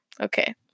Okay